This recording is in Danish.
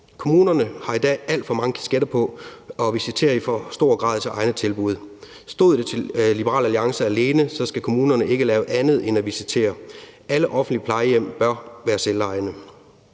Kommunerne har i dag alt for mange kasketter på og visiterer i for stor grad til egne tilbud. Stod det til Liberal Alliance alene, skal kommunerne ikke lave andet end at visitere. Alle offentlige plejehjem bør være selvejende.